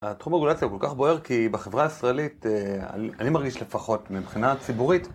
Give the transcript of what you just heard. התחום רגולציה הוא כל כך בוער כי בחברה הישראלית אני מרגיש לפחות מבחינה ציבורית